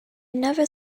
never